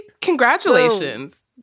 congratulations